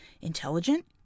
Intelligent